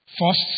First